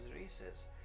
races